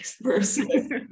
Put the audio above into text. versus